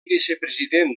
vicepresident